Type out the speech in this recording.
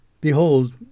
Behold